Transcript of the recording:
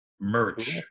merch